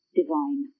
divine